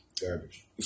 Garbage